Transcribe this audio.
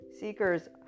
Seekers